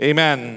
Amen